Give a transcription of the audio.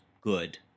good